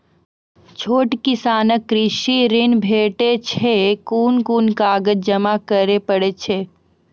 छोट किसानक कृषि ॠण भेटै छै? कून कून कागज जमा करे पड़े छै?